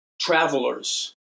travelers